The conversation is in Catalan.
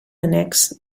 annex